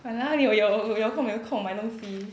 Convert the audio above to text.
我哪里有有空没空买东西